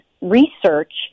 research